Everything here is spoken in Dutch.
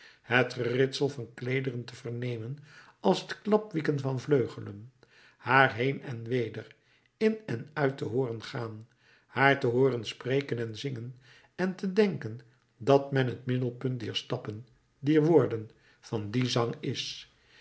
het geritsel van kleederen te vernemen als het klapwieken van vleugelen haar heen en weder in en uit te hooren gaan haar te hooren spreken en zingen en te denken dat men het middelpunt dier stappen dier woorden van dien zang is